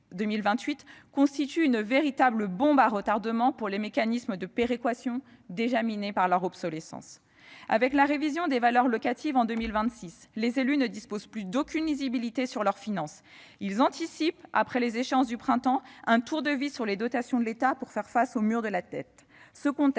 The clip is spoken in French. constituent une véritable bombe à retardement pour les mécanismes de péréquation, déjà minés par l'obsolescence des indicateurs. Avec la révision des valeurs locatives en 2026, les élus ne disposent plus d'aucune lisibilité sur leurs finances. Ils anticipent, après les échéances du printemps, un tour de vis sur les dotations de l'État pour faire face au mur de la dette. Ce contexte